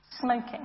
smoking